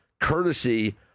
courtesy